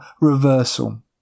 reversal